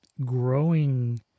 growing